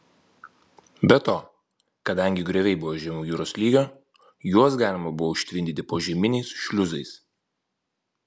be to kadangi grioviai buvo žemiau jūros lygio juos galima buvo užtvindyti požeminiais šliuzais